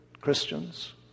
Christians